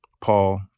Paul